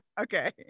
okay